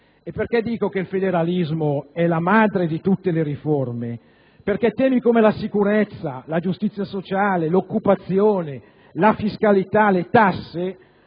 Perché dico che il federalismo è la madre di tutte le riforme? Perché temi come la sicurezza, la giustizia sociale, l'occupazione, la fiscalità, le tasse